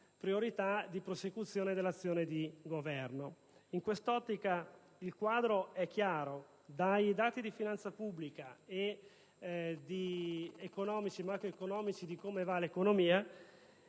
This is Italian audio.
priorità di prosecuzione dell'azione di Governo. In quest'ottica il quadro è chiaro: dai dati di finanza pubblica e macroeconomici si evidenzia